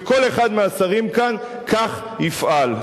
וכל אחד מהשרים כאן כך יפעל.